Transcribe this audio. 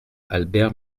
albert